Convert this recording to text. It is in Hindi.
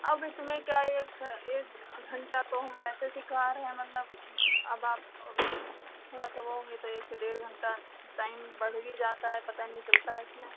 अब इसमें क्या एक एक घंटा तो हम वैसे सिखा रहे हैं मतलब अब आप मतलब थोड़ा सा वो होंगे तो एक से डेढ़ घंटा टाइम बढ़ भी जाता है पता नहीं चलता इसमें